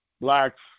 blacks